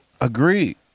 Agreed